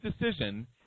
decision